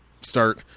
start